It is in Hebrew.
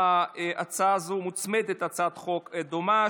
להצעה זו מוצמדת הצעת חוק דומה,